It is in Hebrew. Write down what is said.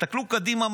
תסתכלו קדימה,